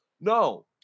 No